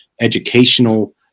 educational